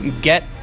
get